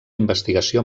investigació